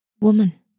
Woman